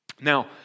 Now